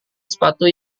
sepatu